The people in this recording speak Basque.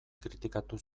kritikatu